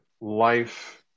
life